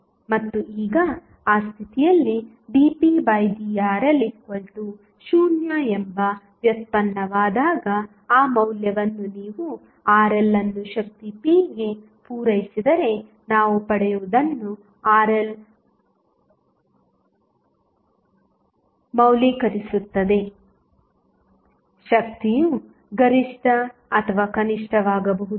ಮತ್ತು ಈಗ ಆ ಸ್ಥಿತಿಯಲ್ಲಿ dpdRL0 ಎಂಬ ವ್ಯುತ್ಪನ್ನವಾದಾಗ ಆ ಮೌಲ್ಯವನ್ನು ನೀವು RL ಅನ್ನು ಶಕ್ತಿ p ಗೆ ಪೂರೈಸಿದರೆ ನಾವು ಪಡೆಯುವದನ್ನು RL ಮೌಲ್ಯೀಕರಿಸುತ್ತದೆ ಶಕ್ತಿಯು ಗರಿಷ್ಠ ಅಥವಾ ಕನಿಷ್ಠವಾಗಬಹುದು